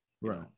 Right